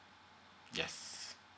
yes